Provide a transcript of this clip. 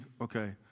okay